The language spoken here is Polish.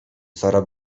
sara